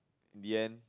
in the end